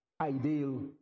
ideal